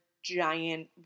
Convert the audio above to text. giant